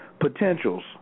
potentials